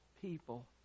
people